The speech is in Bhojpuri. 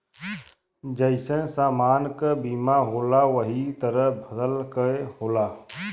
जइसन समान क बीमा होला वही तरह फसल के होला